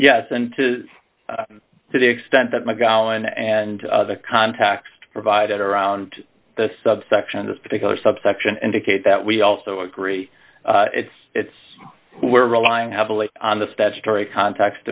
yes and to to the extent that my gowan and the contacts provided around the subsection in this particular subsection indicate that we also agree it's it's we're relying heavily on the statutory context